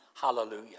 Hallelujah